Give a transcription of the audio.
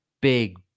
big